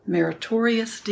Meritorious